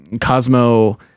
Cosmo